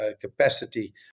capacity